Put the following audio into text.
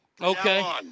Okay